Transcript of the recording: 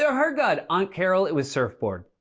so hurt god. aunt carol, it was surfboard.